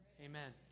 amen